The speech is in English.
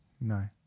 no